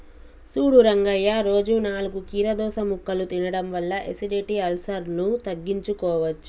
సూడు రంగయ్య రోజు నాలుగు కీరదోస ముక్కలు తినడం వల్ల ఎసిడిటి, అల్సర్ను తగ్గించుకోవచ్చు